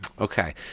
Okay